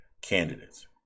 candidates